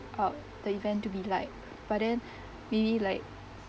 uh the event to be like but then maybe like